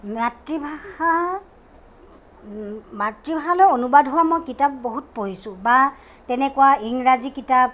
মাতৃভাষা মাতৃভাষালৈ অনুবাদ হোৱা মই কিতাপ বহুত পঢ়িছোঁ বা তেনেকুৱা ইংৰাজী কিতাপ